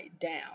down